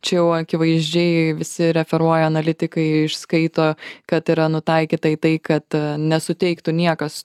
čia jau akivaizdžiai visi referuoja analitikai išskaito kad yra nutaikyta į tai kad nesuteiktų niekas